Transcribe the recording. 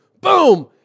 Boom